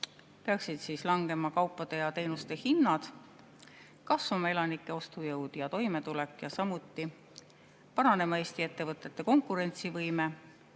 peaksid langema kaupade ja teenuste hinnad, kasvama elanike ostujõud ja toimetulek ja samuti paranema Eesti ettevõtete konkurentsivõime,